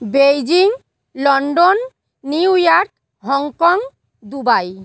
Beijing London New York Hong Kong Dubai